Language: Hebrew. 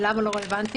למה לא רלוונטי?